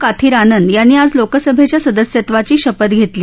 काथिर आनंद यांनी आज लोकसभेच्या सदस्यत्वाची शपथ घेतली